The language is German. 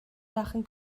lachen